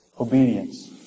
obedience